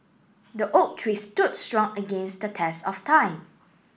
the oak tree stood strong against the test of time